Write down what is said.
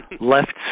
left